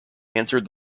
answered